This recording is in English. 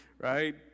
Right